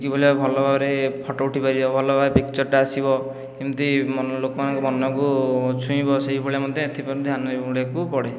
କିଭଳି ଭାବେ ଭଲ ଭାବରେ ଫଟୋ ଉଠିପାରିବ ଭଲଭାବରେ ପିକଚର୍ଟା ଆସିବ କେମିତି ଲୋକମାନଙ୍କ ମନକୁ ଛୁଇଁବ ସେହିଭଳିଆ ମଧ୍ୟ ଏଥିପ୍ରତି ଧ୍ୟାନ ପଡ଼େ